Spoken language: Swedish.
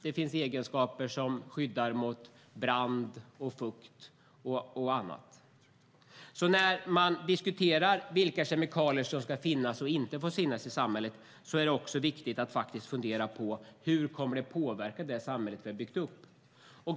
Det finns också egenskaper som skyddar mot brand, fukt och så vidare, och när man diskuterar vilka kemikalier som ska finnas och inte finnas i samhället är det också viktigt att fundera på hur det kommer att påverka det samhälle vi har byggt upp.